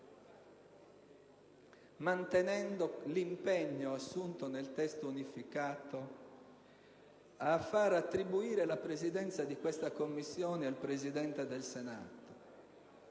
mantenendo l'impegno assunto nel testo unificato a far attribuire la Presidenza di questa Commissione al Presidente del Senato.